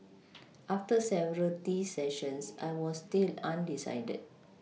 after several tea sessions I was still undecided